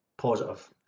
positive